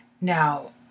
Now